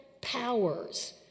powers